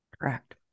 Correct